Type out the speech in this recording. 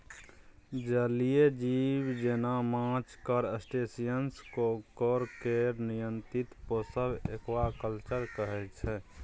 जलीय जीब जेना माछ, क्रस्टेशियंस, काँकोर केर नियंत्रित पोसब एक्वाकल्चर कहय छै